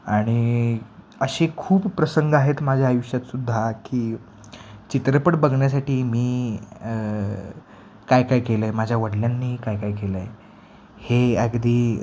आणि असे खूप प्रसंग आहेत माझ्या आयुष्यातसुद्धा की चित्रपट बघण्यासाठी मी काय काय केलं आहे माझ्या वडलांनी काय काय केलं आहे हे अगदी